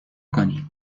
کنین